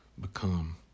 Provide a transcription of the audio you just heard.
become